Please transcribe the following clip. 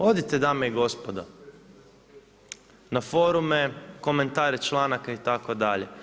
Odite dame i gospodo na forume, komentare članaka itd.